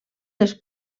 dels